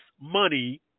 money